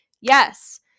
Yes